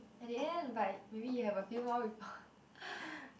at the end but maybe you have a few more people